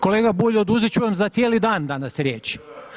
Kolega Bulj, oduzet ću vam za cijeli dan danas riječ.